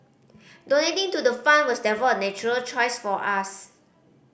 donating to the fund was therefore a natural choice for us